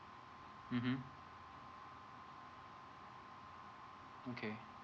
mmhmm okay